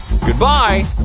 Goodbye